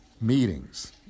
meetings